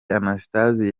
anastase